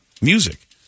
music